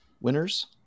winners